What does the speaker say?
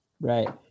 Right